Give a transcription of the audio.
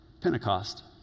Pentecost